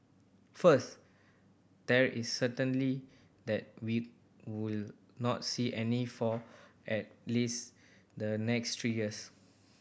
first there is certainty that we will not see any for at least the next three years